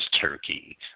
turkey